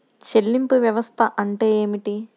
చెల్లింపు వ్యవస్థ అంటే ఏమిటి?